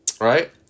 Right